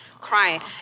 crying